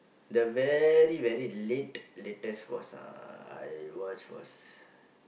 the very very late latest was uh I watch was